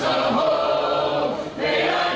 go they are